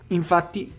infatti